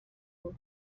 بود